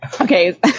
Okay